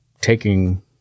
taking